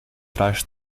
trajes